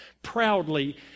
proudly